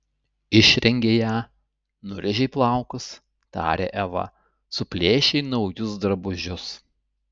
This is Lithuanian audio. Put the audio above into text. išrengei ją nurėžei plaukus tarė eva suplėšei naujus drabužius